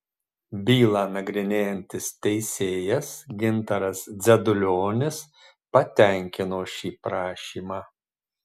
bylą nagrinėjantis teisėjas gintaras dzedulionis patenkino šį prašymą